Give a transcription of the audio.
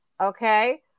Okay